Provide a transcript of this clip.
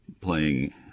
playing